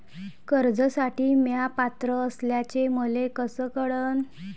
कर्जसाठी म्या पात्र असल्याचे मले कस कळन?